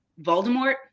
Voldemort